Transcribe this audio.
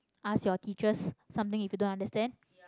ask your teachers something if you don't understand